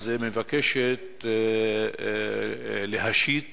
מבקשת להשית